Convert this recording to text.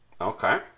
Okay